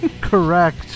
Correct